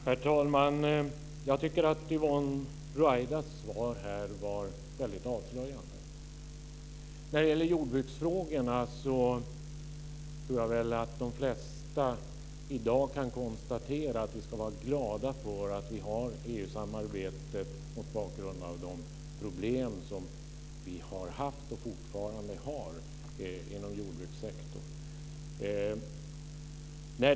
Herr talman! Jag tycker att Yvonne Ruwaidas svar var väldigt avslöjande. När det gäller jordbruksfrågorna tror jag väl att de flesta i dag kan konstatera att vi ska vara glada för att vi har EU-samarbetet, mot bakgrund av de problem som vi har haft och fortfarande har inom jordbrukssektorn.